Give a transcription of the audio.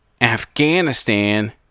Afghanistan